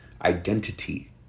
identity